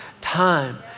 time